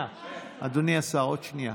אדוני השר, עוד שנייה.